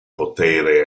potere